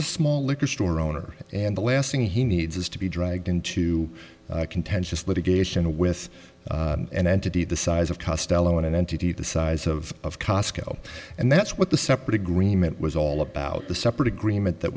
a small liquor store owner and the last thing he needs is to be dragged into a contentious litigation with an entity the size of castelo an entity the size of cosco and that's what the separate agreement was all about the separate agreement that